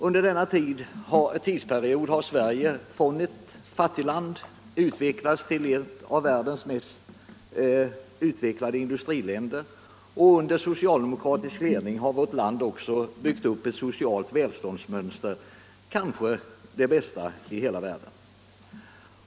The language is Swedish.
Under denna tidsperiod har Sverige utvecklats från ett fattigland till ett av världens större industriländer, och under socialdemokratisk ledning har vårt land byggt upp ett socialt 21 välståndsmönster, kanske det bästa i hela världen.